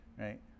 Right